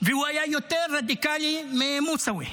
והוא היה יותר רדיקלי ממוסאווי.